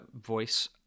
voice